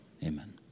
amen